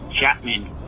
Chapman